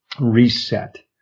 reset